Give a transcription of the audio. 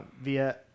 via